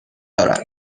دارد